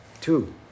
Two